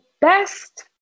best